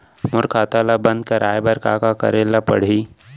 मोर खाता ल बन्द कराये बर का का करे ल पड़ही?